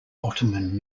ottoman